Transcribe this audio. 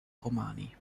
romani